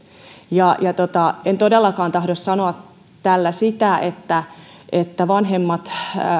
en todellakaan tahdo sanoa tällä sitä että että vanhemmat